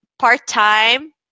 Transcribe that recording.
part-time